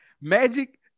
Magic